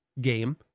game